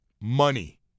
money